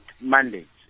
mandates